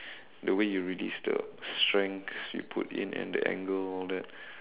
the way you release the strength you put in and the angle all that